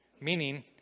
Meaning